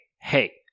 hey